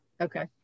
okay